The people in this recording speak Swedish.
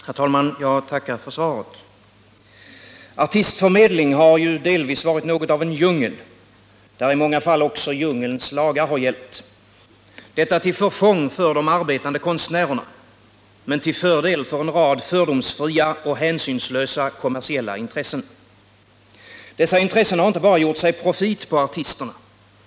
Herr talman! Jag tackar å Eva Hjelmströms vägnar för svaret. Artistförmedling har delvis varit något av en djungel, där i många fall också djungelns lagar gällt — detta till förfång för de arbetande konstnärerna men till fördel för en rad fördomsfria och hänsynslösa kommersiella intressen. Dessa intressen har inte bara gjort sig profit på artisterna.